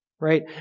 right